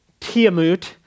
Tiamut